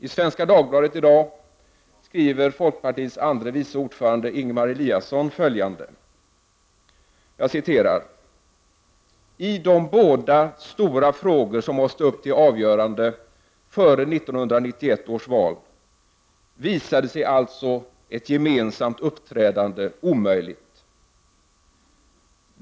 I Svenska Dagbladet skriver i dag folkpartiets andre vice ordförande Ingemar Eliasson följande: ”I de båda stora frågor som måste upp till avgörande före 1991 års val visade sig alltså ett gemensamt uppträdande omöjligt.